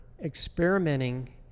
experimenting